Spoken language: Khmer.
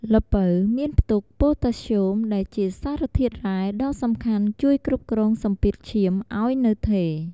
ល្ពៅមានផ្ទុក ប៉ូតាស្យូម ដែលជាសារធាតុរ៉ែដ៏សំខាន់ជួយគ្រប់គ្រងសម្ពាធឈាមឲ្យនៅថេរ។